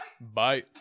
Bye